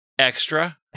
Extra